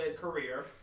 career